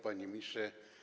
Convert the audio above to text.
Panie Ministrze!